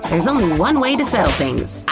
there's only one way to settle things.